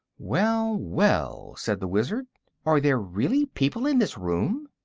well, well! said the wizard are there really people in this room?